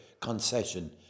concession